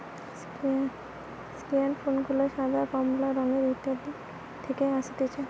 স্কেয়ান ফুল গুলা সাদা, কমলা রঙের হাইতি থেকে অসতিছে